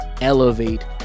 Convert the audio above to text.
elevate